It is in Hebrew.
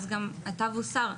גם התו הוסר,